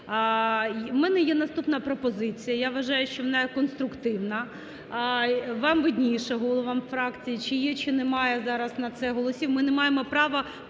У мене є наступна пропозиція, я вважаю, що вона є конструктивна. Вам видніше, головам фракцій, чи є, чи немає зараз на це голосів. Ми не маємо права